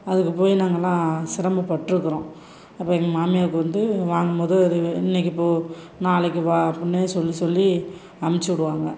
அதுக்கு போய் நாங்கெல்லாம் சிரமப்பட்ருக்கிறோம் அப்போ எங்கள் மாமியாருக்கு வந்து வாங்கும்போது அது இன்னைக்கி போ நாளைக்கு வா அப்படின்னே சொல்லி சொல்லி அனுப்பிச்சுடுவாங்க